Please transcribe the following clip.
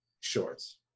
shorts